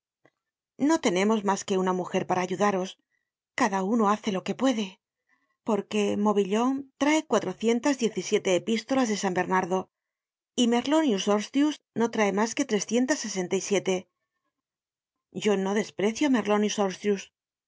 no tenemos mas que una mujer para ayudaros cada uno hace lo que puede porque mobillon trae cuatrocientas diez y siete epístolas de san bernardo y merlonius horstius no trae mas que trescientas sesenta y siete yo no desprecio á merlonius horstius